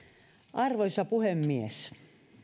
arvoisa puhemies